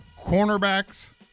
Cornerbacks